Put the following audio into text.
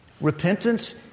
Repentance